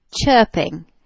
chirping